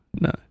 No